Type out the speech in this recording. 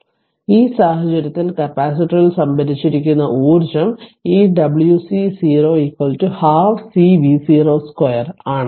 അതിനാൽ ഈ സാഹചര്യത്തിൽ കപ്പാസിറ്ററിൽ സംഭരിച്ചിരിക്കുന്ന ഊർജ്ജം ഈ Wc0 1 2 C V0 2 ആണ്